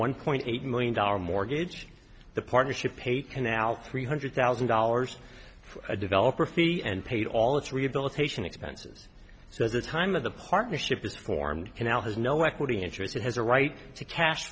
one point eight million dollar mortgage the partnership a canal three hundred thousand dollars for a developer fee and paid all its rehabilitation expenses so the time of the partnership is formed canal has no equity interest it has a right to cash